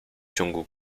ciągu